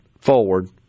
forward